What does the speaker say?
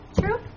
true